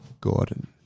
Gordon